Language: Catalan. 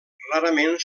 rarament